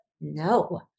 No